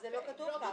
אז זה לא כתוב כאן.